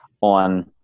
on